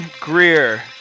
Greer